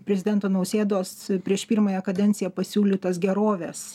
prezidento nausėdos prieš pirmąją kadenciją pasiūlytas gerovės